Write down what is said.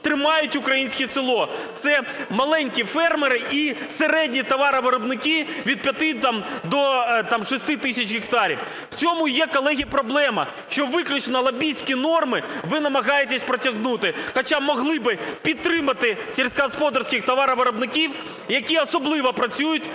тримають українське село. Це маленькі фермери і середні товаровиробники від 5 до 6 тисяч гектарів. В цьому є, колеги, проблема, що виключно лобістські норми ви намагаєтесь протягнути. Хоча могли би підтримати сільськогосподарських товаровиробників, які особливо працюють